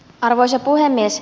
arvoisa puhemies